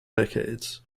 decades